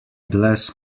bless